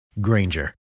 Granger